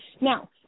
Now